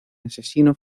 asesino